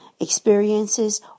experiences